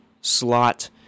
slot